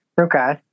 Okay